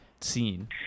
scene